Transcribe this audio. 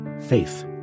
faith